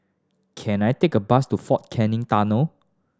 can I take a bus to Fort Canning Tunnel